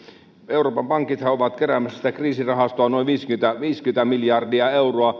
euroopan pankithan ovat keräämässä sitä kriisirahastoa noin viisikymmentä viisikymmentä miljardia